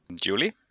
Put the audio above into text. Julie